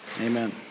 Amen